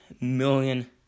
million